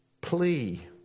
plea